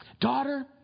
daughter